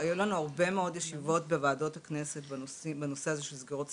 היו לנו הרבה ישיבות בוועדות הכנסת בנושא של סגירת סניפים,